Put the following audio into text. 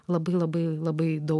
labai labai labai daug